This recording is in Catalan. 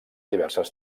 diverses